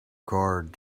card